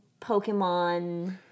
Pokemon